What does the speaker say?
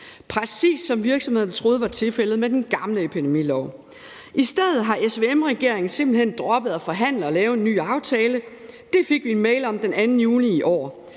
præcis som virksomhederne troede var tilfældet med den gamle epidemilov. I stedet for har SVM-regeringen simpelt hen droppet at forhandle og lave en ny aftale. Det fik vi en mail om den 2. juni i år.